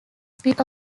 spirit